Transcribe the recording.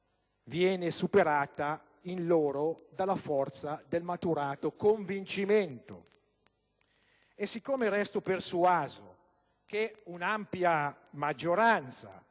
viene superata in loro dalla forza del maturato convincimento. E siccome resto persuaso che un'ampia maggioranza